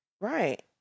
Right